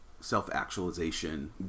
self-actualization